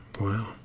wow